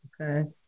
Okay